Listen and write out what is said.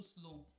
slow